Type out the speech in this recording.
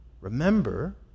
Remember